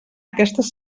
aquestes